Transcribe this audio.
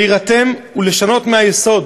להירתם ולשנות מהיסוד